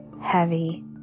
heavy